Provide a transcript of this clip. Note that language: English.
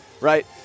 Right